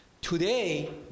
Today